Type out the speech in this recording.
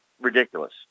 ridiculous